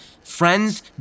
Friends